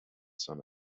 sun